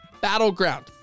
BATTLEGROUND